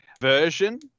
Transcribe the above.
version